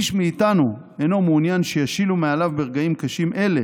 איש מאיתנו אינו מעוניין שישילו מעליו ברגעים קשים אלה